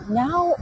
now